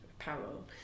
apparel